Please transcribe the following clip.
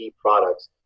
products